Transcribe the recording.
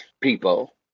people